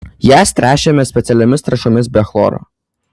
jas tręšiame specialiomis trąšomis be chloro